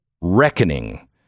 reckoning